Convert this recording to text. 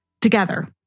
together